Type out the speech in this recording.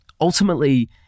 ultimately